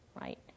right